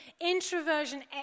introversion